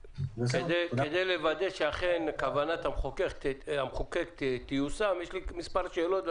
כדי לוודא שאכן כוונת המחוקק תיושם יש לי מספר שאלות.